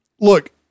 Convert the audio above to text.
look